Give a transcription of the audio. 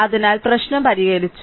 അതിനാൽ പ്രശ്നം പരിഹരിച്ചു